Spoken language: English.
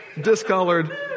discolored